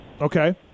Okay